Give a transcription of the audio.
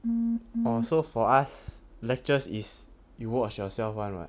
orh so for us lectures is you watch yourself [one] [what]